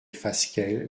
fasquelle